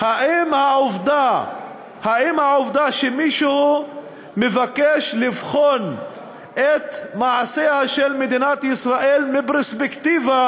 האם העובדה שמישהו מבקש לבחון את מעשיה של מדינת ישראל מפרספקטיבה